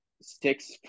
six